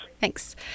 Thanks